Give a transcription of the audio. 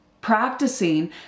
practicing